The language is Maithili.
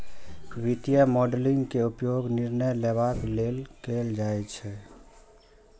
वित्तीय मॉडलिंग के उपयोग निर्णय लेबाक लेल कैल जाइ छै